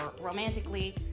romantically